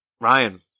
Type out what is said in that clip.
Ryan